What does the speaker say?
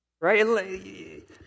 right